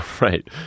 Right